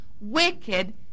wicked